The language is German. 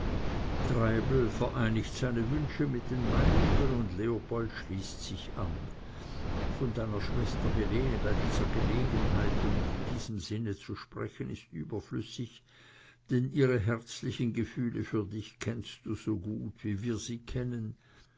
treibel vereinigt seine wünsche mit den meinigen und leopold schließt sich an von deiner schwester helene bei dieser gelegenheit und in diesem sinne zu sprechen ist überflüssig denn ihre herzlichen gefühle für dich kennst du so gut wie wir sie kennen